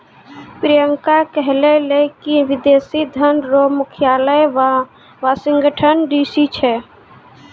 प्रियंका कहलकै की विदेशी धन रो मुख्यालय वाशिंगटन डी.सी छै